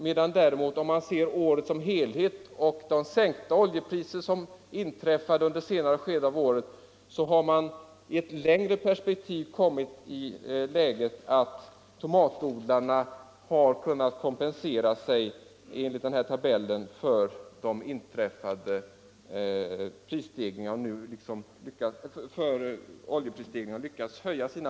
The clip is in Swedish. Om man däremot ser året som helhet med den sänkning av oljepriset som inträffade under ett senare skede, finner man att tomatodlarna har lyckats höja sina priser så att det kompenserat oljeprisstegringarna.